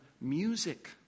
music